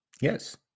Yes